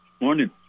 Morning